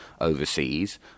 overseas